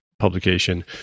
publication